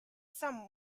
some